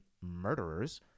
murderers